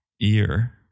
Ear